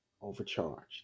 overcharged